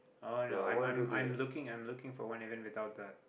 oh no I'm I'm I'm looking I'm looking for one even without that